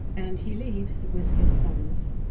and he leaves with his sons